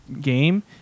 game